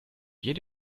jede